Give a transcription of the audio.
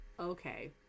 Okay